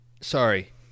sorry